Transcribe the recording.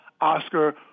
Oscar